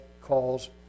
calls